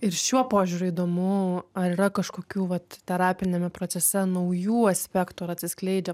ir šiuo požiūriu įdomu ar yra kažkokių vat terapiniame procese naujų aspektų ar atsiskleidžia